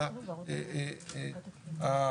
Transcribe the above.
בגלל